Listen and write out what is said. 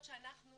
שאנחנו